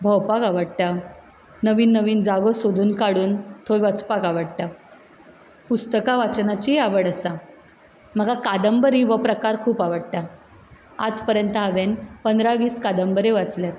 भोंवपाक आवडटा नवीन नवीन जागो सोदून काडून थंय वचपाक आवडटा पुस्तकां वाचनाचीय आवड आसा म्हाका कादंबरी हो प्रकार खूब आवडटा आज पर्यंत हांवें पंधरा वीस कादंबऱ्यो वाचल्यात